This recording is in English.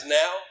now